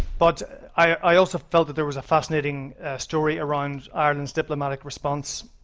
but i also felt that there was a fascinating story around ireland's diplomatic response,